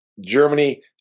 Germany